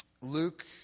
Luke